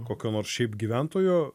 kokio nors šiaip gyventojo